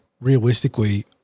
realistically